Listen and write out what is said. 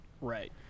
Right